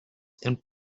and